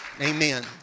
Amen